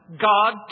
God